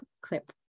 clip